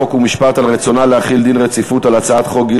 חוק ומשפט על רצונה להחיל דין רציפות על הצעת חוק גיל